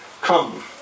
come